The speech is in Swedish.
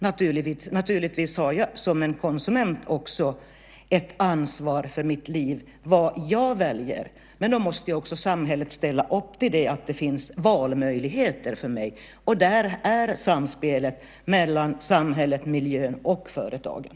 Naturligtvis har jag som konsument ett ansvar för mitt liv, vad jag väljer. Men då måste också samhället ställa upp på att det finns valmöjligheter för mig. Där är samspelet mellan samhället, miljön och företagen.